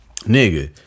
Nigga